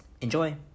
Enjoy